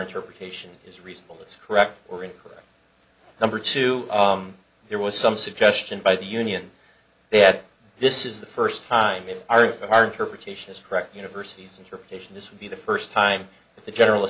interpretation is reasonable it's correct or incorrect number two there was some suggestion by the union this is the first time in our that our interpretation is correct university's interpretation this would be the first time that the general